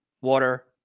water